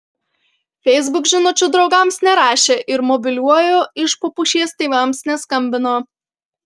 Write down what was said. facebook žinučių draugams nerašė ir mobiliuoju iš po pušies tėvams neskambino